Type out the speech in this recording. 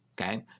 okay